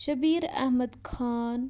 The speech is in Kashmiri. شبیٖر احمد خان